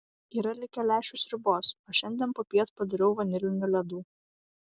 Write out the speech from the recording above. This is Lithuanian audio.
yra likę lęšių sriubos o šiandien popiet padariau vanilinių ledų